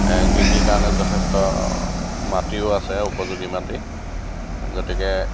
এ কৃষিৰ কাৰণে যথেষ্ট মাটিও আছে উপযোগী মাটি গতিকে